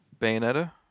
Bayonetta